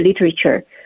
literature